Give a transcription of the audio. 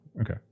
Okay